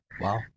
Wow